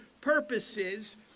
purposes